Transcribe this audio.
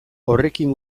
horrekin